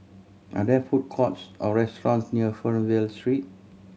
are there food courts or restaurants near Fernvale Street